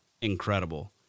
incredible